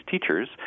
teachers